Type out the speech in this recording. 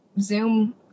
Zoom